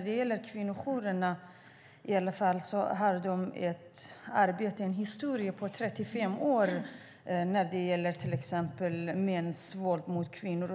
det. Kvinnojourerna har en historia på 35 år när det gäller till exempel arbetet med mäns våld mot kvinnor.